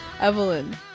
Evelyn